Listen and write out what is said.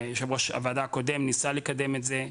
יו"ר הוועדה הקודם ניסה לקדם את זה,